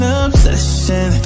obsession